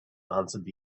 answered